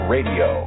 Radio